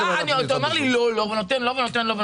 אתה אומר "לא" אבל נותן לו ונותן לו.